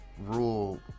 rule